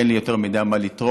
כי אין לי יותר מדי מה לתרום.